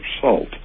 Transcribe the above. salt